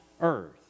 earth